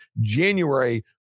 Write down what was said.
January